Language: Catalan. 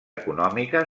econòmica